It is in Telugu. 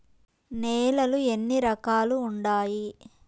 నేలలు ఎన్ని రకాలు వుండాయి?